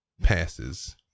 passes